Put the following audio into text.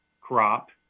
crop